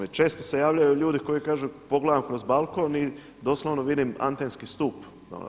Jer često se javljaju ljudi koji kažu pogledam kroz balkon i doslovno vidim antenski stup.